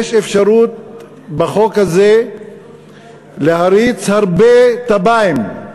יש אפשרות בחוק הזה להריץ הרבה תב"עות